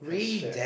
had shared